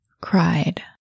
cried